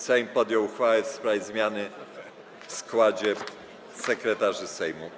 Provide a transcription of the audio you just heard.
Sejm podjął uchwałę w sprawie zmiany w składzie sekretarzy Sejmu.